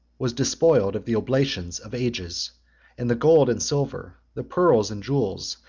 was despoiled of the oblation of ages and the gold and silver, the pearls and jewels,